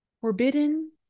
Forbidden